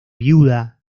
viuda